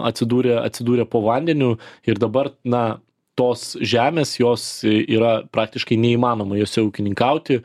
atsidūrė atsidūrė po vandeniu ir dabar na tos žemės jos yra praktiškai neįmanoma jose ūkininkauti